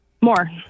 More